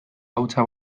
hautsa